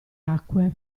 acque